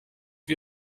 wie